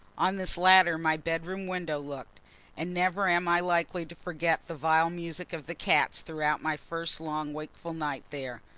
on this latter my bedroom window looked and never am i likely to forget the vile music of the cats throughout my first long wakeful night there.